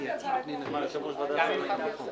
מרוב לחץ חליתי בדלקת קרום המוח ונשארתי חודשיים במיטה.